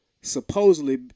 supposedly